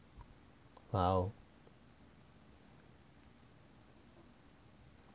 !wow!